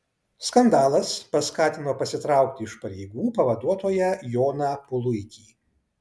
skandalas paskatino pasitraukti iš pareigų pavaduotoją joną puluikį